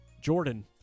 Jordan